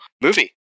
movie